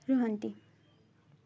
ରୁହନ୍ତି